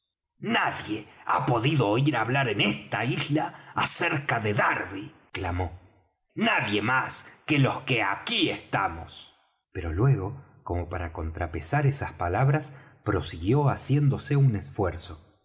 nadie ha podido oir hablar en esta isla acerca de darby clamó nadie más que los que aquí estamos pero luego como para contrapesar esas palabras prosiguió haciéndose un esfuerzo